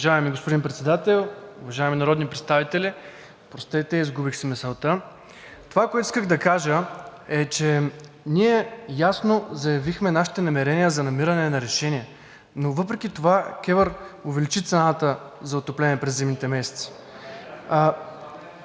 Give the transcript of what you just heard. Уважаеми господин Председател, уважаеми народни представители! Това, което исках да кажа, е, че ние ясно заявихме нашите намерения за намиране на решения. Въпреки това КЕВР увеличи цената за отопление през зимните месеци.